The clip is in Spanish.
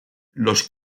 los